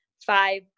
five